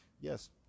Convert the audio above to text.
yes